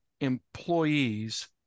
employees